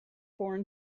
born